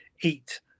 eat